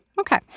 Okay